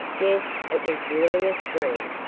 yes, it was really a scream,